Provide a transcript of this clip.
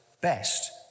best